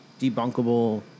debunkable